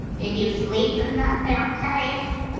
did you sleep in that there cave?